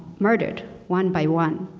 murdered. one by one.